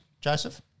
Joseph